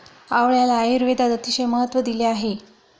आवळ्याला आयुर्वेदात अतिशय महत्त्व दिलेले आहे